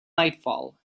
nightfall